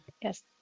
Yes